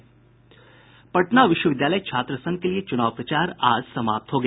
पटना विश्वविद्यालय छात्रसंघ के लिए चुनाव प्रचार आज समाप्त हो गया